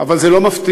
אבל זה לא מפתיע.